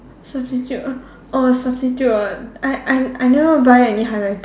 substitute uh orh substitute ah I I I never buy any highlighter